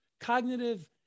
cognitive